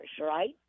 right